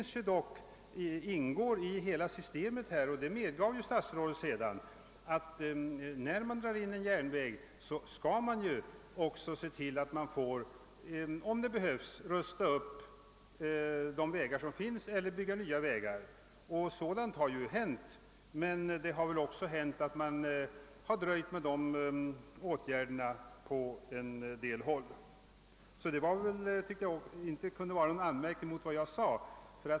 Statsrådet medgav emellertid själv att när man drar in en järnväg skall man också om så behövs rusta upp de vägar som finns eller bygga nya vägar. Det har hänt att man gjort det men det har också hänt att man dröjt med att vidta sådana åtgärder. Stadsrådets uttalande tycker jag därför inte kan vara någon anmärkning mot vad jag sade.